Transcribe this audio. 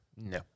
No